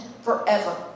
forever